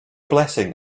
blessing